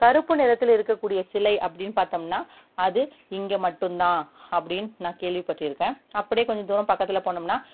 கருப்பு நிறத்தில் இருக்கக்கூடிய சிலை அப்படின்னு பார்த்தோம்னா அது இங்கே மட்டும்தான் அப்படின் நான் கேள்விப்பட்டியிருக்கேன் அப்படியே கொஞ்ச தூரம் பக்கத்தில் போனோமுன்னா